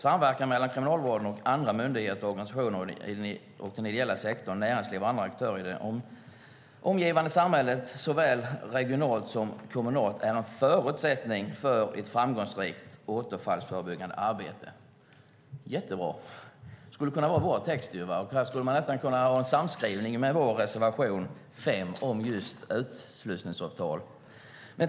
Samverkan mellan Kriminalvården och andra myndigheter, organisationer i den ideella sektorn, näringsliv och andra aktörer i det omgivande samhället såväl regionalt som kommunalt är en förutsättning för ett framgångsrikt återfallsförebyggande arbete." Det är jättebra. Det skulle kunna vara vår text. Man skulle nästan kunna ha en samskrivning med vår reservation nr 5 om just utslussningsavtal.